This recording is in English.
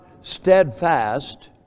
steadfast